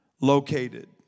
located